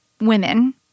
women